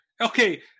Okay